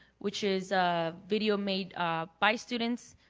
which is video made ah by students,